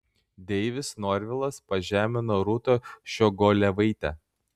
deivis norvilas pažemino rūtą ščiogolevaitę